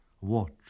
Watch